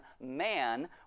man